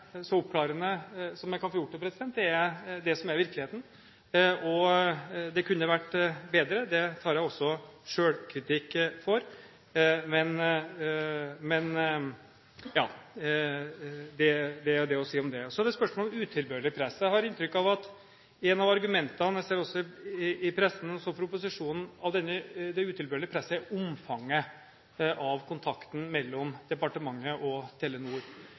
så oppklarende som jeg kan få gjort det. Det er det som er virkeligheten. Det kunne vært bedre, det tar jeg også selvkritikk for. Det er det å si om det. Så er det spørsmål om «utilbørlig press». Jeg har inntrykk av at et av argumentene er – jeg ser det også i pressen og fra opposisjonen – at det utilbørlige presset er omfanget av kontakten mellom departementet og Telenor.